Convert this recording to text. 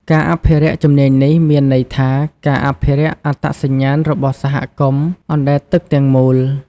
ការអភិរក្សជំនាញនេះមានន័យថាការអភិរក្សអត្តសញ្ញាណរបស់សហគមន៍អណ្តែតទឹកទាំងមូល។